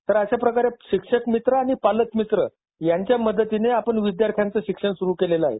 तर अशा प्रकारे शिक्षक मित्र आणि पालक मित्र यांच्या मदतीने आपण विद्यार्थांचं शिक्षण सुरू केलेलं आहे